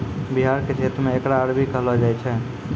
बिहार के क्षेत्र मे एकरा अरबी कहलो जाय छै